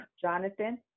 Jonathan